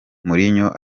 mourinho